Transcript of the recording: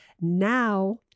Now